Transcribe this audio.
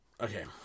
Okay